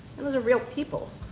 those are real people.